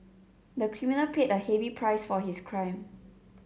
the criminal paid a heavy price for his crime